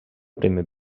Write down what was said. primer